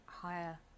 Higher